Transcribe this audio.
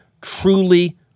truly